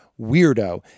weirdo